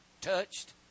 touched